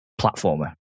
platformer